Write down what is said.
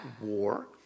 war